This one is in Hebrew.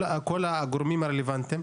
כל הגורמים הרלוונטיים,